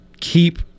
keep